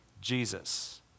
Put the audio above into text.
Jesus